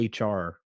hr